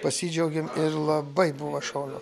pasidžiaugėm ir labai buvo šaunu